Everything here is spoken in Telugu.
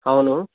అవును